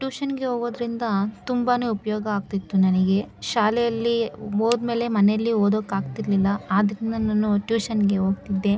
ಟೂಷನ್ಗೆ ಹೋಗೋದ್ರಿಂದ ತುಂಬಾ ಉಪಯೋಗ ಆಗ್ತಿತ್ತು ನನಗೆ ಶಾಲೆಯಲ್ಲಿ ಹೋದ್ಮೇಲೆ ಮನೆಯಲ್ಲಿ ಓದೋಕ್ಕೆ ಆಗ್ತಿರಲಿಲ್ಲ ಆದ್ದರಿಂದ ನಾನು ಟ್ಯೂಷನ್ಗೆ ಹೋಗ್ತಿದ್ದೆ